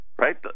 Right